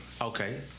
Okay